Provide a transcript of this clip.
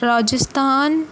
Rajasthan